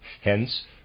Hence